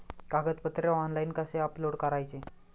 कागदपत्रे ऑनलाइन कसे अपलोड करायचे?